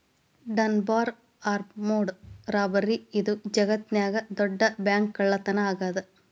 Dunbar armoured robbery ಇದು ಜಗತ್ನ್ಯಾಗ ದೊಡ್ಡ ಬ್ಯಾಂಕ್ಕಳ್ಳತನಾ ಆಗೇದ